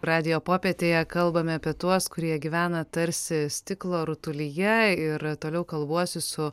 radijo popietėje kalbame apie tuos kurie gyvena tarsi stiklo rutulyje ir toliau kalbuosi su